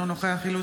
אינו נוכח דן אילוז,